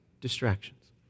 distractions